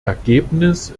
ergebnis